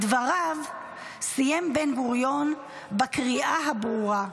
את דבריו סיים בן-גוריון בקריאה הברורה: